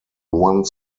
one